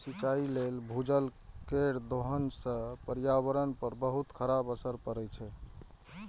सिंचाइ लेल भूजल केर दोहन सं पर्यावरण पर बहुत खराब असर पड़ै छै